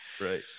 Right